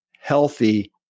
healthy